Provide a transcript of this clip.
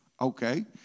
Okay